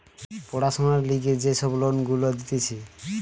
পড়াশোনার লিগে যে সব লোন গুলা দিতেছে